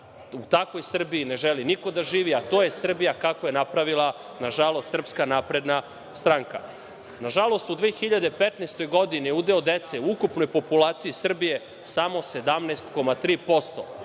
takvoj Srbiji ne želi niko da živi, a to je Srbiju kakvu je napravila, nažalost, SNS.Nažalost, u 2015. godini je udeo dece u ukupnoj populaciji Srbije samo 17,3%,